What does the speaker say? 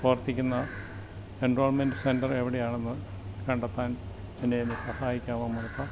പ്രവർത്തിക്കുന്ന enrolment centre എവിടെയാന്നെന്നു കണ്ടെത്താൻ എന്നെ ഒന്ന് സഹായിക്കാമോ മോനപ്പാ